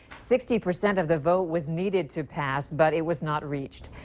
sixty percent of the vote was needed to pass. but it was not reached.